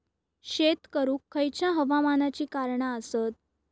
शेत करुक खयच्या हवामानाची कारणा आसत?